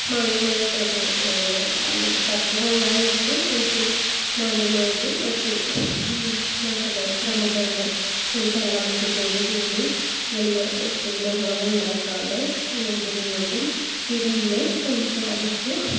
മാന്യമായിട്ടത് ആളു തര്ക്കം ഉണ്ടായിരുന്നു പക്ഷേ മാന്യമായിട്ട് മറ്റ് നാട്ടിലെ പ്രമുഖരുടെ ഒരു പങ്കാളിത്തത്തോടുകൂടി വലിയ ഒച്ചയും ബഹളവും ഉണ്ടാക്കാതെ അങ്ങോട്ടും ഇങ്ങോട്ടും ഇരുന്ന് സംസാരിച്ച്